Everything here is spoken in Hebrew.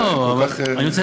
תודה, גברתי.